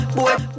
Boy